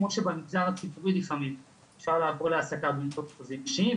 כמו שבמגזר הציבורי לפעמים אפשר לעבור להעסקה באמצעות חוזים אישיים,